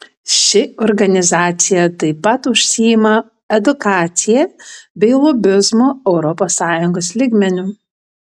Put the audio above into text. ši organizacija taip pat užsiima edukacija bei lobizmu europos sąjungos lygmeniu